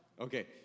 Okay